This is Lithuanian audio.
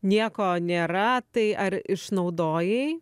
nieko nėra tai ar išnaudojai